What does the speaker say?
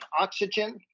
oxygen